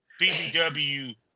BBW